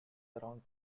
around